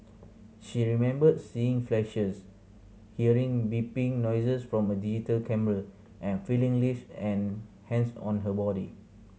she remembered seeing flashes hearing beeping noises from a digital camera and feeling lips and hands on her body